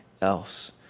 else